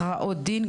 הכרעות דין,